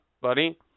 buddy